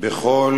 בכל